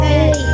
Hey